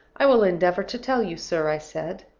i will endeavor to tell you, sir i said.